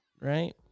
right